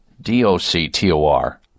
d-o-c-t-o-r